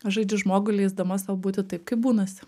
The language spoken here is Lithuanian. aš žaidžiu žmogų leisdama sau būti taip kaip būnasi